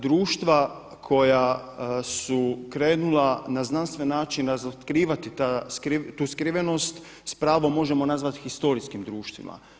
Društva koja su krenula na znanstven način razotkrivati tu skrivenost s pravom možemo nazvati historijskim društvima.